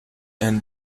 and